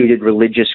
religious